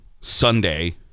Sunday